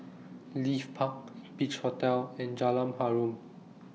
Leith Park Beach Hotel and Jalan Harum